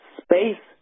space